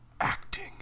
acting